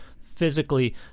physically